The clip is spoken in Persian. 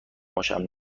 باشم